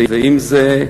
ועם זה,